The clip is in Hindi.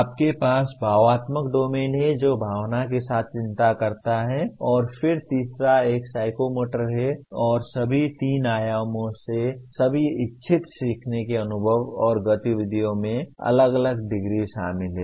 आपके पास भावात्मक डोमेन है जो भावना के साथ चिंता करता है और फिर तीसरा एक साइकोमोटर है और सभी तीन आयामों में सभी इच्छित सीखने के अनुभवों और गतिविधियों में अलग अलग डिग्री शामिल हैं